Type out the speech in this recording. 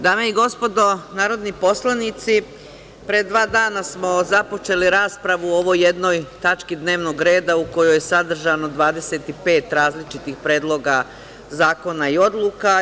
Dame i gospodo narodni poslanici, pre dva dana smo započeli raspravu o ovoj jednoj tački dnevnog reda u kojoj je sadržano 25 različitih predloga zakona i odluka.